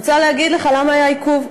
אני רוצה להגיד לך למה היה עיכוב: